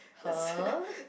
!huh!